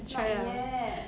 not yet